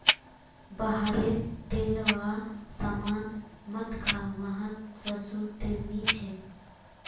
बाहर रे तेलावा सामान मत खा वाहत सरसों तेल नी छे